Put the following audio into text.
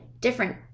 different